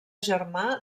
germà